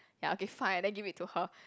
ya okay fine then give it to her